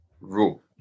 rule